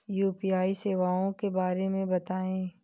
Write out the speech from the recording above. UPI सेवाओं के बारे में बताएँ?